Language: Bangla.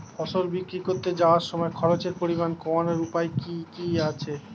ফসল বিক্রি করতে যাওয়ার সময় খরচের পরিমাণ কমানোর উপায় কি কি আছে?